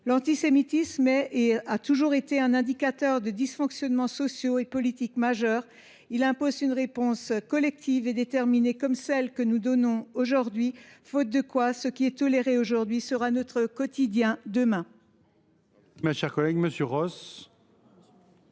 L’antisémitisme a toujours été un indicateur majeur des dysfonctionnements sociaux et politiques. Il impose une réponse collective et déterminée, comme celle que nous donnons au travers de ce texte, faute de quoi ce qui est toléré aujourd’hui sera notre quotidien demain.